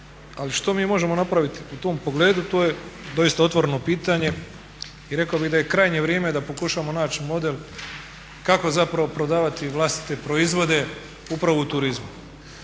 ali što mi možemo napraviti u tom pogledu to je doista otvoreno pitanje i rekao bih da je krajnje vrijeme da pokušamo naći model kako zapravo prodavati vlastite proizvode upravo u turizmu.